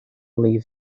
leave